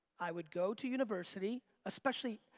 i would go to university, especially,